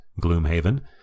Gloomhaven